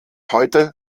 heute